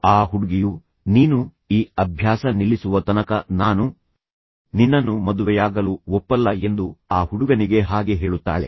ಆ ಹುಡುಗಿಯು ನೀನು ಈ ಅಭ್ಯಾಸ ನಿಲ್ಲಿಸುವ ತನಕ ನಾನು ನಿನ್ನನ್ನು ಮದುವೆಯಾಗಲು ಒಪ್ಪಲ್ಲ ಎಂದು ಆ ಹುಡುಗನಿಗೆ ಹಾಗೆ ಹೇಳುತ್ತಾಳೆ